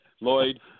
Lloyd